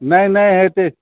नहि नहि होयतै